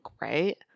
right